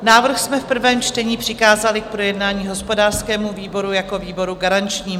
Návrh jsme v prvém čtení přikázali k projednání hospodářskému výboru jako výboru garančnímu.